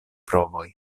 provoj